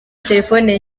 telefoni